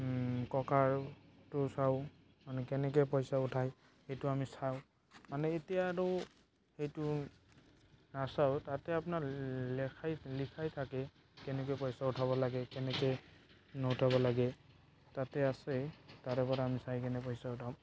ককাৰটো চাওঁ মানে কেনেকৈ পইচা উঠাই সেইটো আমি চাওঁ মানে এতিয়া আৰু সেইটো নাচাওঁ তাতে আপোনাৰ লেখাই লিখাই থাকে কেনেকৈ পইচা উঠাব লাগে কেনেকৈ নুঠাব লাগে তাতে আছে তাৰে পৰা আমি চাই কিনে পইচা উঠাওঁ